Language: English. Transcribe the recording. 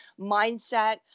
mindset